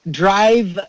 drive